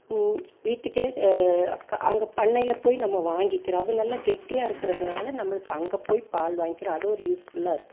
வீட்டுக்கு அங்கே பண்ணையில் போய் நம்ம வாங்கிக்கிறோம் அது நல்லா கெட்டியாக இருக்கிறதுனால நம்மளுக்கு அங்கே போய் பால் வாங்கிக்கிறோம் அது ஒரு யூஸ்ஃபுல்லாக இருக்குது